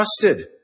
trusted